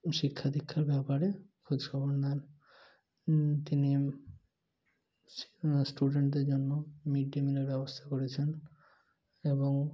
শিক্ষা দীক্ষার ব্যাপারে খোঁজখবর নেন তিনি স্টুডেন্টদের জন্য মিড ডে মিলের ব্যবস্থা করেছেন এবং